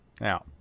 now